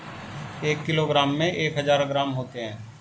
एक किलोग्राम में एक हजार ग्राम होते हैं